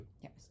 Yes